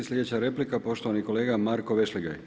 Sljedeća replika, poštovani kolega Marko Vešligaj.